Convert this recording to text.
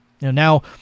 Now